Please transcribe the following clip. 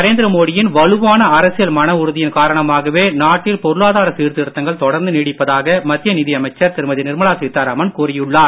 நரேந்திர மோடியின் வலுவான அரசியல் மன உறுதியின் காரணமாகவே நாட்டில் பொருளாதார சீர்திருத்தங்கள் தொடர்ந்து நீடிப்பதாக மத்திய நிதி அமைச்சர் திருமதி நிர்மலா சீதாராமன் கூறியுள்ளார்